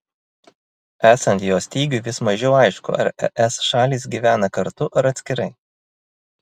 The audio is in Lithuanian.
esant jo stygiui vis mažiau aišku ar es šalys gyvena kartu ar atskirai